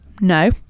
no